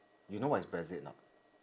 you know what is brexit or not